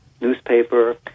newspaper